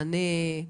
מענה,